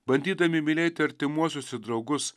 bandydami mylėti artimuosius ir draugus